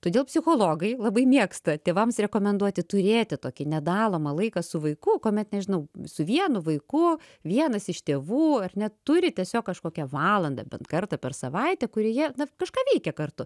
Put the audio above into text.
todėl psichologai labai mėgsta tėvams rekomenduoti turėti tokį nedalomą laiką su vaiku kuomet nežinau su vienu vaiku vienas iš tėvų ar ne turi tiesiog kažkokią valandą bent kartą per savaitę kur jie na kažką veikia kartu